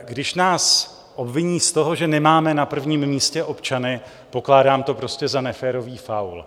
Když nás obviní z toho, že nemáme na prvním místě občany, pokládám to prostě za neférový faul.